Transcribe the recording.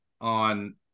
on